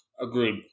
Agreed